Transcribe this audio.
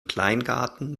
kleingarten